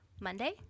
Monday